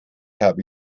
habe